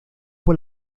por